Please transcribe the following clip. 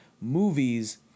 movies